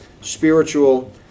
spiritual